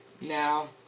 Now